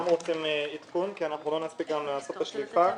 רוצים עדכון כי לא נספיק היום לעשות את השליפה.